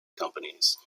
companies